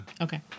Okay